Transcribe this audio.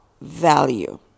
value